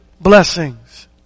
blessings